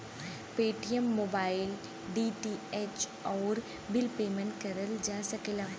Paytm mobile, DTH, आउर bill payment करल जा सकला